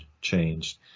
changed